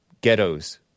Ghettos